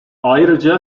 ayrıca